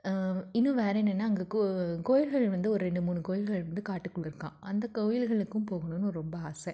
இன்னும் வேறு என்னென்னால் அங்கே கோ கோயில்கள் வந்து ஒரு ரெண்டு மூணு கோயில்கள் வந்து காட்டுக்குள்ளே இருக்காம் அந்தக் கோயில்களுக்கும் போகணுன்னு ரொம்ப ஆசை